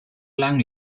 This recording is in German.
lang